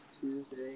Tuesday